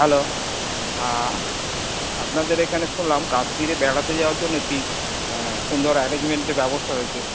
hello আপনাদের এখানে শুনলাম কাশ্মীরে বেড়াতে যাওয়ার জন্য একটি সুন্দর অ্যারেঞ্জমেন্টের ব্যবস্থা হয়েছে